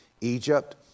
Egypt